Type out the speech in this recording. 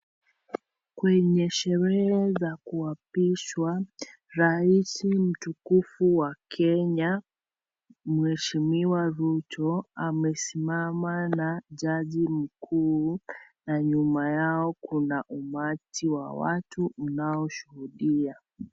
Kwenye sherehe za kuapishwa, raisi mtukufu wa Kenya, mheshimiwa Ruto. Amesimama na jaji mkuu na nyuma yao kuna umati wa watu mnaoshuhudia.